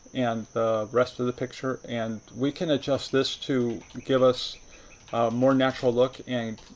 and the rest of the picture. and we can adjust this to give us a more natural look and